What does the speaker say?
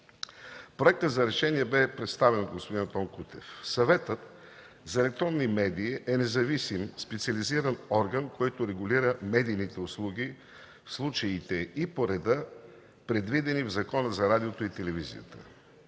Проектът за решение бе представен от господин Антон Кутев. Съветът за електронни медии е независим специализиран орган, който регулира медийните услуги в случаите и по реда, предвидени в Закона за радиото и телевизията.